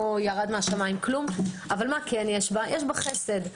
אבל יש בה חסד,